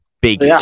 Big